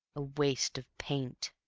a waste of paint.